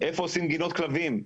איפה עושים גינות כלבים?